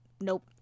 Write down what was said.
nope